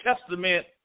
Testament